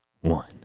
one